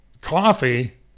Coffee